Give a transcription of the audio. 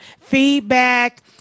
feedback